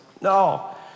No